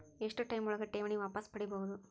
ಎಷ್ಟು ಟೈಮ್ ಒಳಗ ಠೇವಣಿ ವಾಪಸ್ ಪಡಿಬಹುದು?